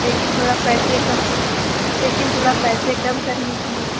لیکن تھوڑا پیسے کم لیکن تھوڑا پیسے کم کر لیجیے